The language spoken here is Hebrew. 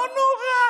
לא נורא.